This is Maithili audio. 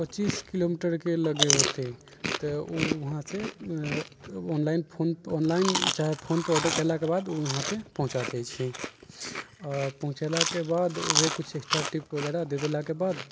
पच्चीस किलोमीटरके लगे होतै तऽ ओ वहाँ से ऑनलाइन फोन ऑनलाइन चाहे फोन पर ऑर्डर केलाके बाद ओ वहाँ पे पहुँचा दै छै आओर पहुँचेलाके बाद ओहे किछु एक्स्ट्रा टीप वगैरह दे देलाके बाद